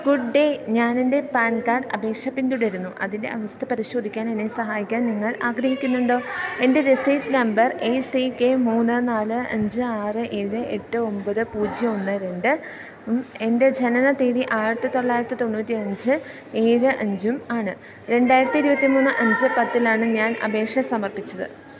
good day ഞാൻ എൻ്റെ PAN card അപേക്ഷ പിൻതുടരുന്നു അതിൻ്റെ അവസ്ഥ പരിശോധിക്കാൻ എന്നെ സഹായിക്കാൻ നിങ്ങൾ ആഗ്രഹിക്കുന്നുണ്ടോ എൻ്റെ രസീത് നമ്പർ എ സി കെ മൂന്ന് നാല് അഞ്ച് ആറ് ഏഴ് എട്ട് ഒമ്പത് പൂജ്യം ഒന്ന് രണ്ട് ഉം എൻ്റെ ജനന തീയതി ആയിരത്തി തൊള്ളായിരത്തി തൊണ്ണൂറ്റി അഞ്ച് ഏഴ് അഞ്ചും ആണ് രണ്ടായിരത്തി ഇരുപത്തിമൂന്ന് അഞ്ച് പത്തിലാണ് ഞാൻ അപേക്ഷ സമർപ്പിച്ചത്